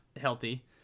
healthy